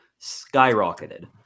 skyrocketed